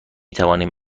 توانیم